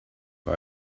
but